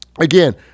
Again